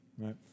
Right